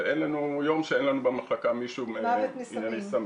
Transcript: אין לנו יום שאין לנו במחלקה מישהו שמת מסמים.